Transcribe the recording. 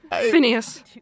Phineas